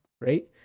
right